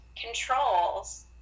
controls